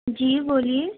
جی بولیے